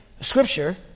Scripture